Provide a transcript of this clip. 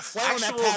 actual